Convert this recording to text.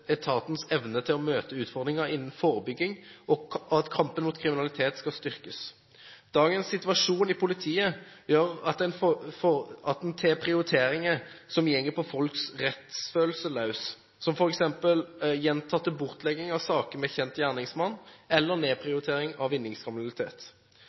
etatens evne til å møte utfordringer innen forebygging og at kampen mot kriminalitet skal styrkes. Dagens situasjon i politiet gjør at en foretar prioriteringer som går på folks rettsfølelse løs, som f.eks. at det gjentatte ganger blir lagt bort saker med kjent gjerningsmann eller